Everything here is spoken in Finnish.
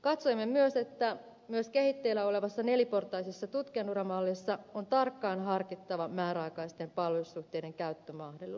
katsoimme myös että myös kehitteillä olevassa neliportaisessa tutkijanuramallissa on tarkkaan harkittava määräaikaisten palvelussuhteiden käyttömahdollisuus